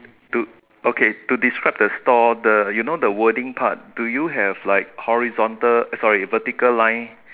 to okay to describe the store the you know the wording part do you have like horizontal sorry vertical line